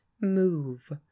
move